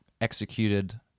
executed